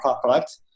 product